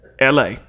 LA